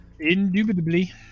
indubitably